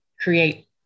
create